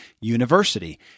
University